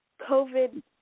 COVID